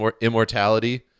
immortality